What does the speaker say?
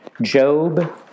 Job